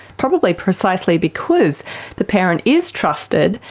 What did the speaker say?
probably precisely because the parent is trusted,